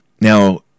Now